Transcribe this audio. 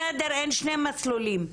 בסדר, אין שני מסלולים.